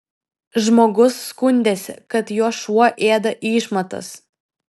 žmogus skundėsi kad jo šuo ėda išmatas